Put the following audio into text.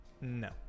No